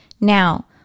Now